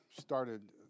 started